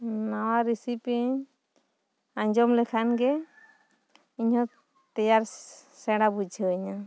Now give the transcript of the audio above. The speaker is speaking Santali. ᱱᱚᱣᱟ ᱨᱮᱥᱤᱯᱤᱧ ᱟᱸᱡᱚᱢ ᱞᱮᱠᱷᱟᱱ ᱜᱮ ᱤᱧ ᱦᱚᱸ ᱛᱮᱭᱟᱨ ᱥᱮᱬᱟ ᱵᱩᱡᱷᱟᱹᱣ ᱤᱧᱟᱹ